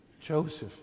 Joseph